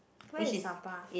where is Saba